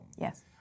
Yes